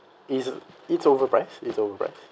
it's it's overpriced it's overpriced